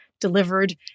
delivered